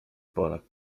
polak